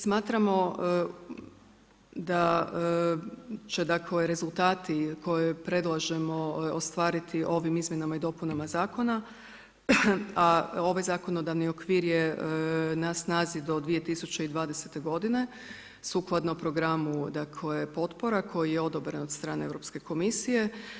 Smatramo da će dakle, rezultati, koje predlažemo ostvariti ovim izmjenama i dopunama zakona, a ovaj zakonodavni okvir je na snazi do 2020. g. sukladno programu potpora, koji je odobren od strane Europske komisije.